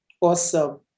Awesome